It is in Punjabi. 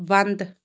ਬੰਦ